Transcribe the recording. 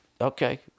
Okay